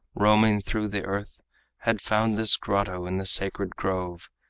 roaming through the earth had found this grotto in the sacred grove,